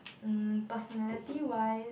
mm personality wise